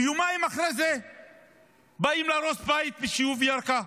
ויומיים אחרי זה באים להרוס בית ביישוב ירכא?